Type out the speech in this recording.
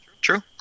True